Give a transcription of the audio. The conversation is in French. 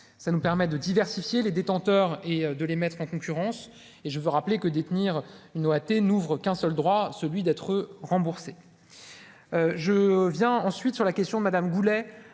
ça nous permet de diversifier les détenteurs et de les mettre en concurrence et je veux rappeler que détenir une OAT n'ouvre qu'un seul droit, celui d'être remboursé je viens ensuite sur la question Madame Goulet